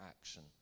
action